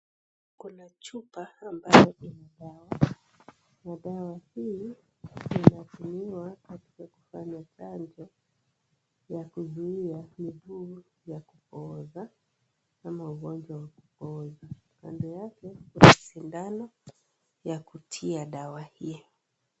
Kuna chupa ambayo imebeba dawa na dawa hii inatumiwa katika kufanya kazi ya kuzuia mifugo ya kupooza ama ugonjwa wa a kupooza kando yake Kuna sindano ya kutia dawa hii.